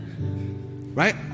Right